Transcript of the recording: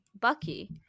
Bucky